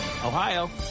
Ohio